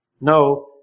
No